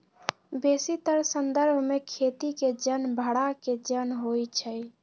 बेशीतर संदर्भ में खेती के जन भड़ा के जन होइ छइ